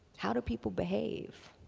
how do people behave?